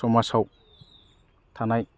समाजाव थानाय